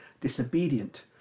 disobedient